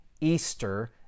Easter